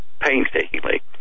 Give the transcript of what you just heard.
painstakingly